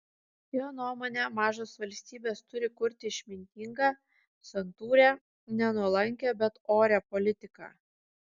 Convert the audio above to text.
jo nuomone mažos valstybės turi kurti išmintingą santūrią ne nuolankią bet orią politiką